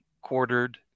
quartered